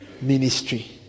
ministry